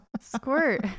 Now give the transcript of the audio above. Squirt